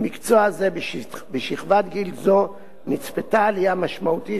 במקצוע זה בשכבת גיל זו נצפתה עלייה משמעותית,